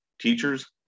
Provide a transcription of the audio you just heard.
teachers